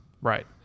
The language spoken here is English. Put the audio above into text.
right